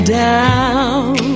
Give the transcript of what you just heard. down